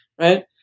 right